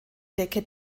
decke